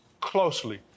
closely